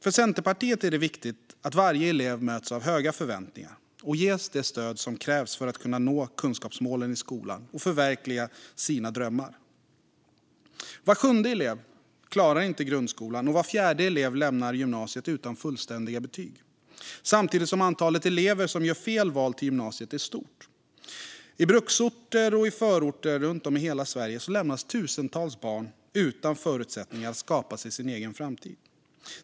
För Centerpartiet är det viktigt att varje elev möts av höga förväntningar och ges det stöd som krävs för att kunna nå kunskapsmålen i skolan och kunna förverkliga sina drömmar. Var sjunde elev klarar inte grundskolan, och var fjärde elev lämnar gymnasiet utan fullständiga betyg. Samtidigt är antalet elever som gör fel val till gymnasiet stort. I bruksorter och förorter runt om i hela Sverige lämnas tusentals barn utan förutsättningar att skapa sin egen framtid.